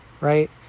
right